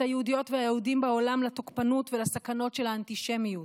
היהודיות והיהודים בעולם לתוקפנות ולסכנות של האנטישמיות.